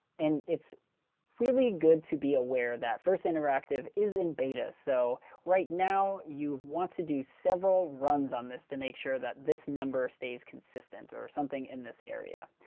and it's really good to be aware that first interactive is in beta. so right now you want to do several runs on this to make sure that this number stays consistent or something in this area.